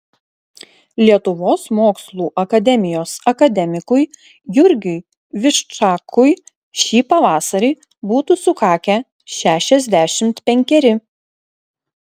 lietuvos mokslų akademijos akademikui jurgiui viščakui šį pavasarį būtų sukakę šešiasdešimt penkeri